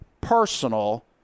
personal